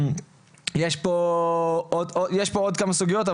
יש פה עוד כמה סוגיות,